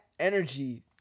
energy